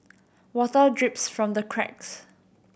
water drips from the cracks